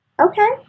Okay